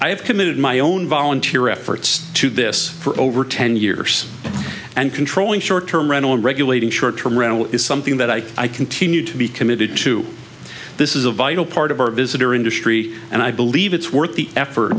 i have committed my own volunteer efforts to this for over ten years and controlling short term rent on regulating short term rental is something that i i continue to be committed to this is a vital part of our visitor industry and i believe it's worth the effort